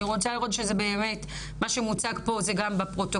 מה שמוצג פה זה גם בפרוטוקול,